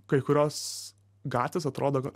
kai kurios gatvės atrodo kad